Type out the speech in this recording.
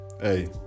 hey